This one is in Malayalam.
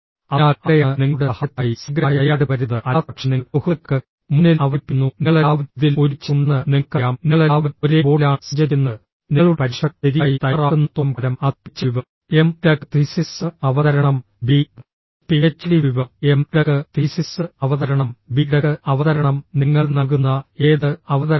അതിനാൽ അവിടെയാണ് നിങ്ങളുടെ സഹായത്തിനായി സമഗ്രമായ തയ്യാറെടുപ്പ് വരുന്നത് അല്ലാത്തപക്ഷം നിങ്ങൾ സുഹൃത്തുക്കൾക്ക് മുന്നിൽ അവതരിപ്പിക്കുന്നു നിങ്ങളെല്ലാവരും ഇതിൽ ഒരുമിച്ച് ഉണ്ടെന്ന് നിങ്ങൾക്കറിയാം നിങ്ങളെല്ലാവരും ഒരേ ബോട്ടിലാണ് സഞ്ചരിക്കുന്നത് നിങ്ങളുടെ പരീക്ഷകർ ശരിയായി തയ്യാറാക്കുന്നിടത്തോളം കാലം അത് PhD viva M tech thesis അവതരണം B PhD viva M tech thesis അവതരണം ബി ടെക് അവതരണം നിങ്ങൾ നൽകുന്ന ഏത് അവതരണവും